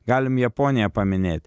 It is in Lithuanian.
galim japoniją paminėt